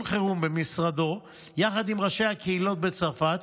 חירום במשרדו יחד עם ראשי הקהילות בצרפת,